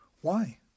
Why